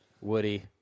Woody